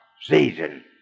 season